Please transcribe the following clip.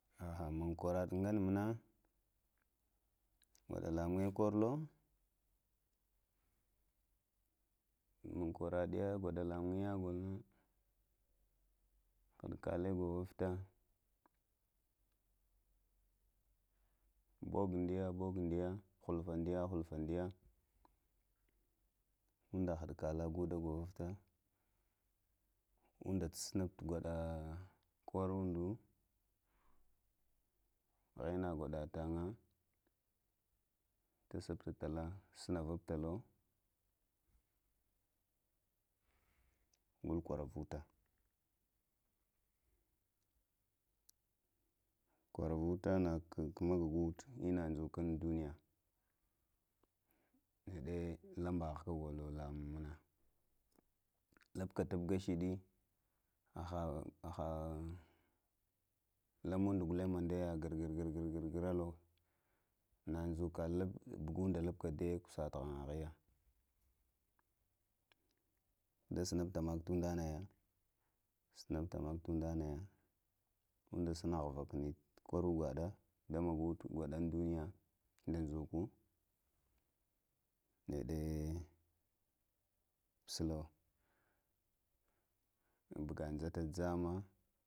Həhə mnŋ kwə əɗə ngəne mənə goɗa ləman ŋye korolo, mənŋ kwərəɗiya nə hədkələ govufta gogo dəyə, gogo dəyə hulf əə dəyə, hulfə dəyə, andə həd kələ go də ghuvufta undə tusubtə gwaɗa kworul undu və inə goɗatən iyə təsubta tələ suvu tə gul kwərəvunta kwəvuntə go nəgo də dzukundu nəyə neɗe lənbəhə golo ləmunŋ nə ləbkə tubgə shaɗe hə hə ləmono ghlunŋ mundyə gərgərəlo nə dzukə ɓugundaə lubkə diya cusətənŋ. Yə snubtəkə tundənə yə, snubtəkə tundənəyə, ondə sunə vəkune koro gwəɗə, gwəɗən duni yə dəməgutukun gwəɗən duniyə də dzuku də leece, suno ɓuga nzətə zəmmə.